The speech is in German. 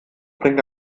bringt